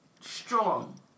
strong